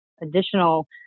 additional